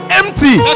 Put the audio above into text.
empty